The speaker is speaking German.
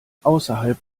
außerhalb